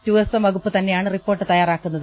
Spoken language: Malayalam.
ടൂറിസം വകുപ്പ് തന്നെയാണ് റിപ്പോർട്ട് തയ്യാറാക്കുന്നത്